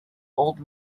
old